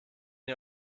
ihr